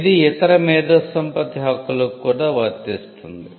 ఇది ఇతర మేధో సంపత్తి హక్కులకు కూడా వర్తిస్తుంది